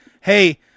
hey